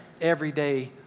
everyday